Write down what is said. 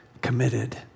committed